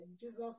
Jesus